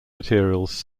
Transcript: materials